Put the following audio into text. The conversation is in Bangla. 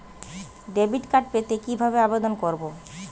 ডেবিট কার্ড পেতে কিভাবে আবেদন করব?